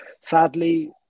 sadly